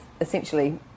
essentially